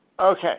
Okay